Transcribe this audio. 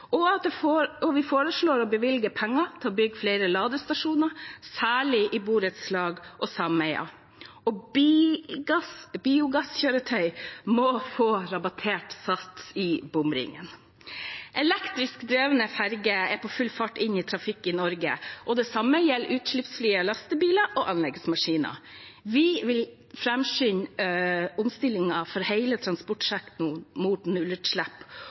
og vi foreslår å bevilge penger til å bygge flere ladestasjoner, særlig i borettslag og sameier. Og biogasskjøretøy må få rabattert sats i bomringen. Elektrisk drevne ferger er på full fart inn i trafikk i Norge, og det samme gjelder utslippsfrie lastebiler og anleggsmaskiner. Vi vil framskynde omstillingen for hele transportsektoren mot nullutslipp,